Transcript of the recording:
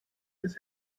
his